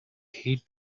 heed